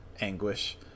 anguish